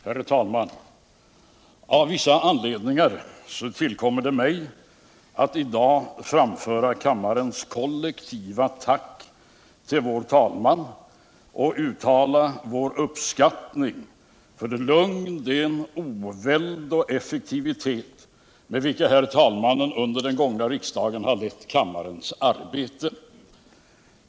Herr talman! Av vissa anledningar tillkommer det mig att i dag framföra kammarens kollektiva tack till vår talman och uttala vår uppskattning för det lugn, den oväld och den effektivitet med vilken herr talmannen under den gångna riksdagen lett kammarens arbete.